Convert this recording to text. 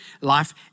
life